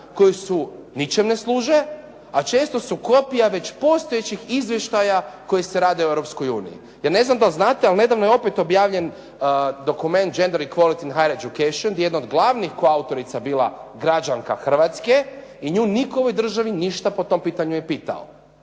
koje ničem ne služe, a često su kopija već postojećih izvještaja koji se rade u Europskoj uniji. Ja ne znam da li znate ali nedavno je opet objavljen dokument ... /Govornik se ne razumije./ ... gdje je jedna od glavnih koautorica bila građanka Hrvatske i nju nitko u ovoj državi po tom pitanju nije pitao.